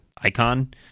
icon